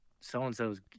So-and-so's –